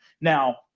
Now